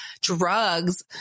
drugs